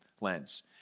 lens